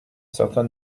certain